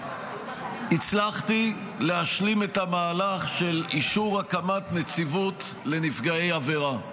הצלחתי להשלים את המהלך של אישור הקמת נציבות לנפגעי עבירה.